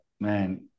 man